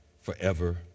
forever